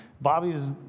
Bobby's